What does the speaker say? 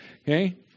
okay